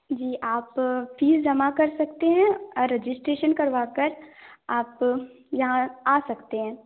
जी आप फीस जमा कर सकते हैं और रजिस्ट्रेशन करवा कर आप यहाँ आ सकते हैं